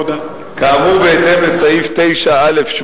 כאמור, בהתאם לסעיף 9(א)(8)